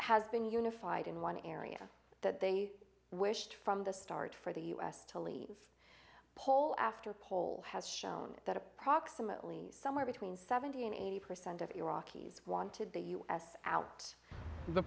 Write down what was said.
has been unified in one area that they wished from the start for the u s to leave poll after poll has shown that approximately somewhere between seventy and eighty percent of iraqis wanted the us out